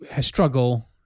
struggle